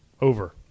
Over